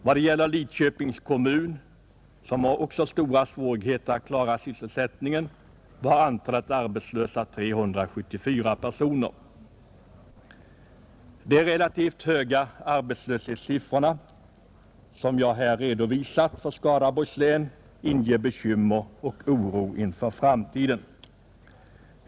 Vad gäller Lidköpings kommun, som också har stora svårigheter att klara sysselsättningen, var antalet arbetslösa 374 personer, De relativt höga arbetslöshetssiffrorna för Skaraborgs län, som jag redovisat, inger bekymmer och oro inför framtiden.